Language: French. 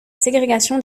ségrégation